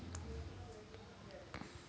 Tomato पिकातील कीड असल्यास ते कसे ओळखायचे?